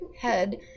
head